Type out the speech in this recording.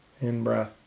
in-breath